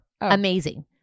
amazing